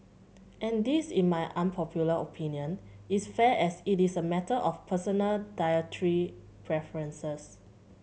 and this in my unpopular opinion is fair as it is a matter of personal dietary preferences